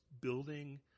building